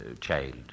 child